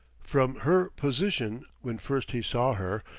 from her position when first he saw her,